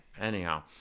anyhow